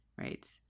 right